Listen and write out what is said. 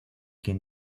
quien